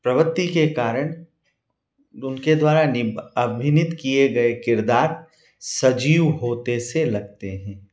प्रवृति के कारण उनके द्वारा निभ अभिनीत किए गए किरदार सजीव होते से लगते हैं